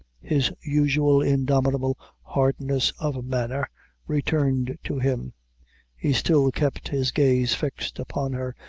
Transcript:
his usual indomitable hardness of manner returned to him he still kept his gaze fixed upon her,